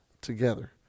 together